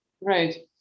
Right